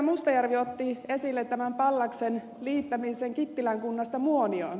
mustajärvi otti esille pallaksen liittämisen kittilän kunnasta muonioon